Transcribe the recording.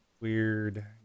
weird